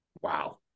Wow